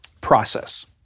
process